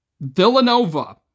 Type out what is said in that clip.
Villanova